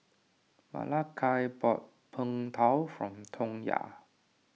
Malakai bought Png Tao for Tonya